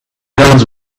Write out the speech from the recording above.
guns